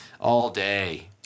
all-day